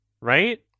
right